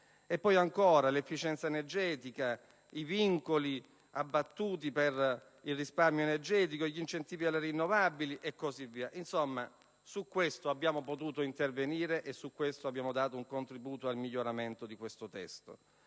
E poi ancora: l'efficienza energetica; i vincoli abbattuti per il risparmio energetico; gli incentivi alle rinnovabili e così via. Insomma, su tali aspetti abbiamo potuto intervenire e su di essi abbiamo dato un contributo al miglioramento del testo